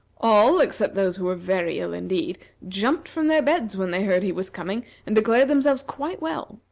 all, except those who were very ill indeed, jumped from their beds when they heard he was coming, and declared themselves quite well.